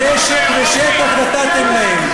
נשק ושטח נתתם להם.